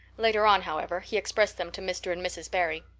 later on, however, he expressed them to mr. and mrs. barry.